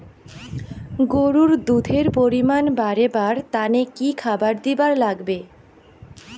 গরুর দুধ এর পরিমাণ বারেবার তানে কি খাবার দিবার লাগবে?